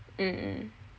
mm mm